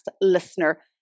listener